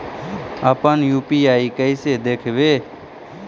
अपन यु.पी.आई कैसे देखबै?